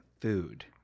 food